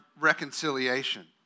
reconciliation